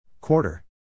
Quarter